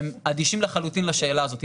הם אדישים לחלוטין לשאלה הזאת.